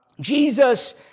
Jesus